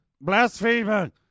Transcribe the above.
Blasphemer